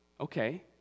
okay